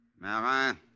Marin